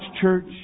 church